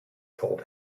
told